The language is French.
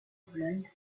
pologne